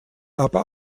aber